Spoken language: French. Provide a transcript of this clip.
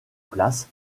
place